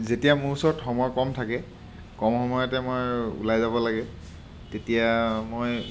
যেতিয়া মোৰ ওচৰত সময় কম থাকে কম সময়তে মই ওলাই যাব লাগে তেতিয়া মই